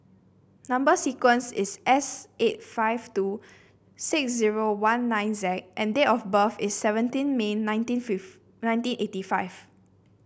number sequence is S eight five two six zero one nine Z and date of birth is seventeen May nineteen fifth nineteen eighty five